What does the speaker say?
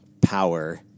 power